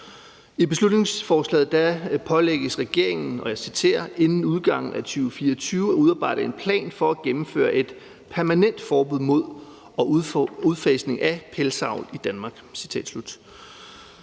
I beslutningsforslaget pålægges regeringen – og jeg citerer – »inden udgangen af 2024 at udarbejde en plan for at gennemføre et permanent forbud mod og udfasning af pelsavl i Danmark«.